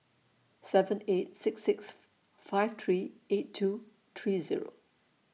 seven eight six six five three eight two three Zero